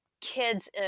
kids